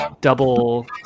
double